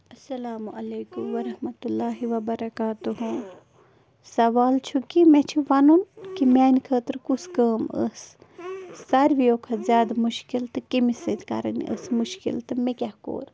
اَلسلامُ علیکُم وَرحمتہ للہِ وَبَرَکاتہوٗ سوال چھُ کہِ مےٚ چھِ وَنُن کہِ میٛانہِ خٲطرٕ کُس کٲم ٲس سارِوِیو کھۄتہٕ زیادٕ مُشکِل تہٕ کٔمِس سۭتۍ کَرٕنۍ ٲس سُہ مُشکِل تہٕ مےٚ کیٛاہ کوٚر